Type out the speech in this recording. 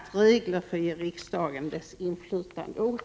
debattregler för att ge riksdagen dess inflytande åter.